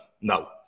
no